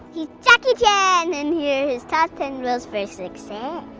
he's jackie chan and here are his top ten rules for success.